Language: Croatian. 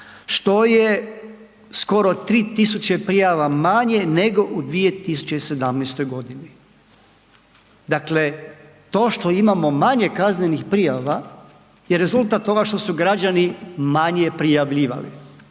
što je skoro 3.000 prijava manje nego u 2017. godini. Dakle, to što imamo manje kaznenih prijava je rezultat toga što su građani manje prijavljivali.